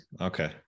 Okay